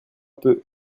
peu